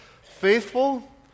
faithful